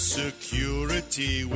security